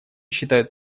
считают